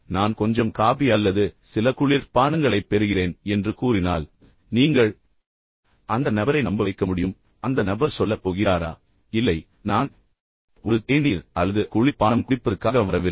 பின்னர் நான் கொஞ்சம் காபியை ஆர்டர் செய்கிறேன் அல்லது உங்களுக்காக சில குளிர் பானங்களைப் பெறுகிறேன் என்று கூறினால் பின்னர் நீங்கள் உண்மையில் அந்த நபரை நம்பவைக்க முடியும் அந்த நபர் வெளிப்படையாக இவ்வாறு சொல்லப் போகிறார் இல்லை நான் இங்கே ஒரு தேநீர் அல்லது குளிர் பானம் குடிப்பதற்காக வரவில்லை